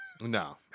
No